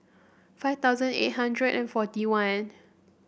five thousand eight hundred and forty one